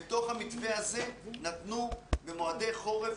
בתוך המתווה הזה נתנו מועדי חורף,